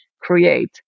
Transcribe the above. create